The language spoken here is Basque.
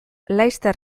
laster